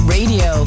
Radio